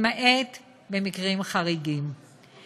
למעט במקרים חריגים.